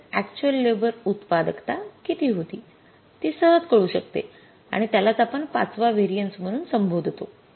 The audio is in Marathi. तसेच अक्चुअल लेबर उत्पादकता किती होती ती सहज कळू शकते आणि त्यालाच आपण पाचवा व्हेरिएन्स म्हणून संबोधतो